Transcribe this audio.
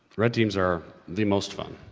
red teams are the most fun,